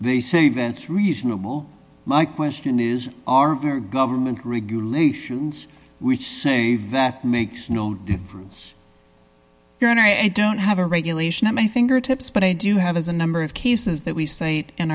they say that's reasonable my question is are very government regulations that makes no difference your honor i don't have a regulation at my fingertips but i do have is a number of cases that we say in